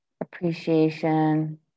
appreciation